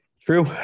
True